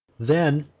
then,